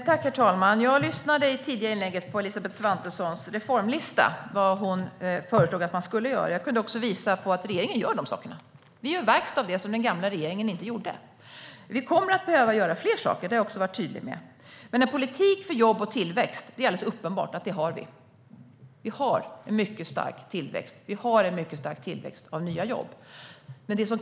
Herr talman! Jag lyssnade under Elisabeth Svantessons tidigare inlägg på hennes reformlista - vad hon föreslår att man ska göra. Jag kunde också visa på att regeringen gör dessa saker. Vi gör verkstad av det som den gamla regeringen inte gjorde. Vi kommer att behöva göra fler saker; det har jag också varit tydlig med. Men det är alldeles uppenbart att vi har en politik för jobb och tillväxt. Vi har en mycket stark tillväxt, och vi har en mycket stark tillväxt av nya jobb.